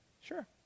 sure